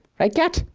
right, cat?